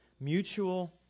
Mutual